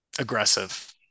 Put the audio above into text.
aggressive